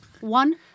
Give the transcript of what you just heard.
one